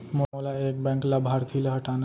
मोला एक बैंक लाभार्थी ल हटाना हे?